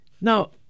now